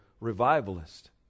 revivalist